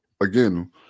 again